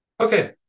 Okay